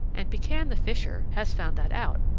and pekan the fisher has found that out.